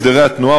הסדרי התנועה,